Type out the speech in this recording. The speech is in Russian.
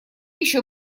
еще